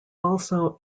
also